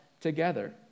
together